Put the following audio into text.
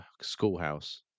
schoolhouse